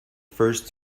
first